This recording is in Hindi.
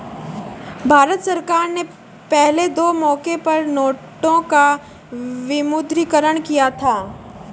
भारत सरकार ने पहले दो मौकों पर नोटों का विमुद्रीकरण किया था